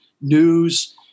news